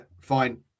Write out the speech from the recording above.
fine